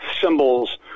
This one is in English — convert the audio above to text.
symbols